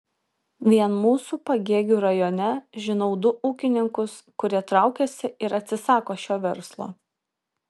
vien mūsų pagėgių rajone žinau du ūkininkus kurie traukiasi ir atsisako šio verslo